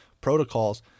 protocols